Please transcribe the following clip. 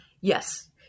Yes